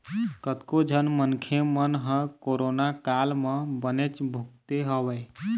कतको झन मनखे मन ह कोरोना काल म बनेच भुगते हवय